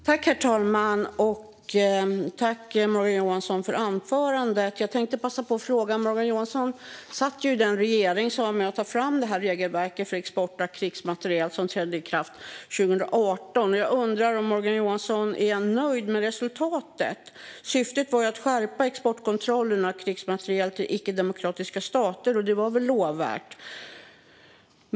Herr talman! Jag tackar Morgan Johansson för anförandet. Morgan Johansson satt ju i den regering som var med och tog fram det regelverk för export av krigsmateriel som trädde i kraft 2018. Jag tänkte passa på att fråga om Morgan Johansson är nöjd med resultatet. Syftet var att skärpa exportkontrollen av krigsmateriel till icke-demokratiska stater, och det var väl lovvärt.